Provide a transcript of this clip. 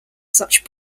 such